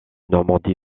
normandie